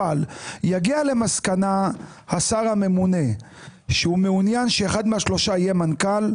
אבל יגיע למסקנה השר הממונה שהוא מעונין שאחד מהשלושה יהיה מנכ"ל,